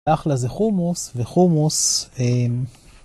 אחלה זה חומוס, וחומוס...